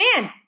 man